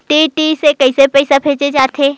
DD से कइसे पईसा भेजे जाथे?